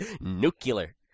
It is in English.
Nuclear